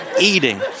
eating